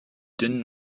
dünnen